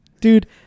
Dude